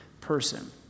person